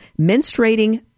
menstruating